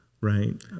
Right